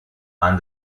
and